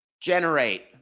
Generate